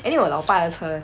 anyway 我老爸的车